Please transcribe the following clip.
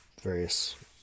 various